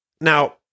Now